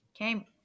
Okay